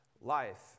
life